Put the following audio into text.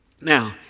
Now